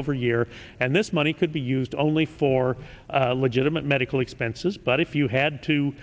over year and this money could be used only for legitimate medical expenses but if you had to